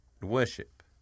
worship